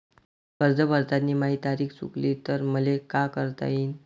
कर्ज भरताना माही तारीख चुकली तर मले का करता येईन?